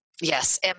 Yes